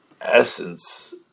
essence